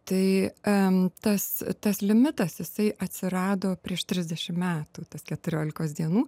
tai tas tas limitas jisai atsirado prieš trisdešimt metų tas keturiolikos dienų